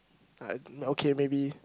like okay maybe